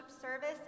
service